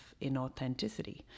inauthenticity